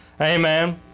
Amen